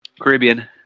Caribbean